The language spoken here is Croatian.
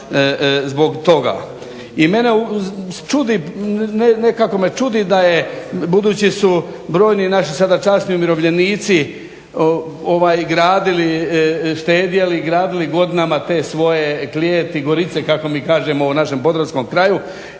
zbog toga. I mene čudi nekako me čudi budući su brojni naši sada časni umirovljenici ovaj gradili, štedjeli, gradili godinama te svoje klijeti Gorice kako mi kažemo u našem podravskom kraju